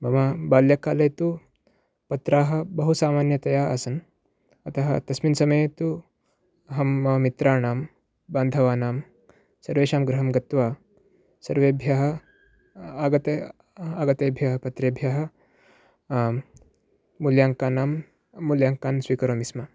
मम बाल्यकाले तु पत्राः बहु सामान्यतया आसन् अतः तस्मिन् समये तु अहं मम मित्राणां बान्धवानां सर्वेषां गृहं गत्वा सर्वेभ्यः आगते आगतेभ्यः पत्रेभ्यः मूल्याङ्कानां मूल्याङ्कान् स्वीकरोति स्म